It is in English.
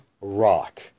Rock